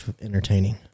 entertaining